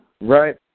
Right